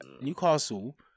Newcastle